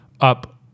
up